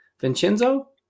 Vincenzo